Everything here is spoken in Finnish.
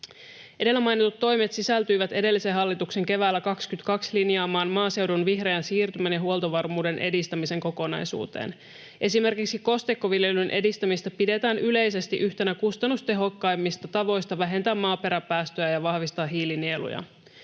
Edellä mainitut toimet sisältyivät edellisen hallituksen keväällä 22 linjaamaan maaseudun vihreän siirtymän ja huoltovarmuuden edistämisen kokonaisuuteen. Esimerkiksi kosteikkoviljelyn edistämistä pidetään yleisesti yhtenä kustannustehokkaimmista tavoista vähentää maaperäpäästöjä ja vahvistaa hiilinieluja.